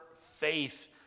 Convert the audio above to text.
faith